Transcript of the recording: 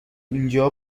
اینجا